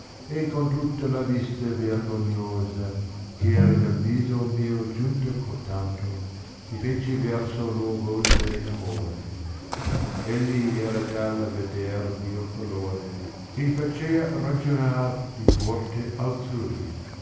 e con tutta la vista vergognosa gh era nel viso mio giunta cotanto mi fece terso lor volgere amore egli era tal a veder mio colore ghe facea ragionar di morte altmi